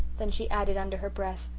then she added, under her breath,